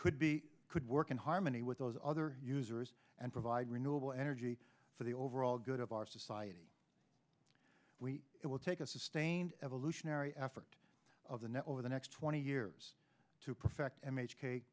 could be could work in harmony with those other users and provide renewable energy for the overall good of our society we it will take a sustained evolutionary effort of the net over the next twenty years to perfect m h